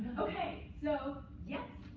ok. so yes,